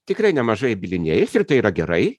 tikrai nemažai bylinėjasi ir tai yra gerai